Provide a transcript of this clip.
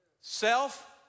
Self